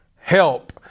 Help